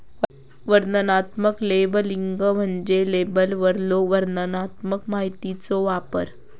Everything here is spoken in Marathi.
वर्णनात्मक लेबलिंग म्हणजे लेबलवरलो वर्णनात्मक माहितीचो वापर